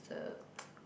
so